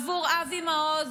עבור אבי מעוז,